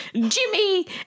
Jimmy